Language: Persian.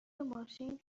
ماشین